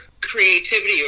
creativity